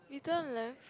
you turn left